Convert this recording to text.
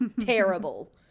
terrible